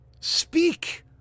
Speak